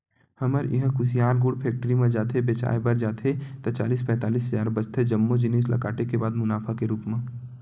हमर इहां कुसियार गुड़ फेक्टरी म जाथे बेंचाय बर जाथे ता चालीस पैतालिस हजार बचथे जम्मो जिनिस ल काटे के बाद मुनाफा के रुप म